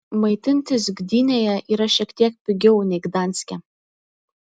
maitintis gdynėje yra šiek tiek pigiau nei gdanske